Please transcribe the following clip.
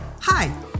Hi